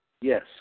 Yes